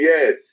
Yes